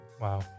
Wow